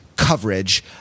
coverage